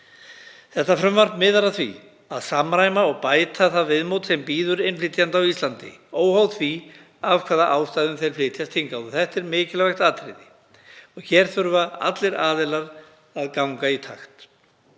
Þetta frumvarp miðar að því að samræma og bæta það viðmót sem bíður innflytjenda á Íslandi, óháð því af hvaða ástæðum þeir flytjast hingað. Þetta er mikilvægt atriði. Hér þurfa allir aðilar að ganga í takt.